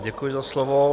Děkuji za slovo.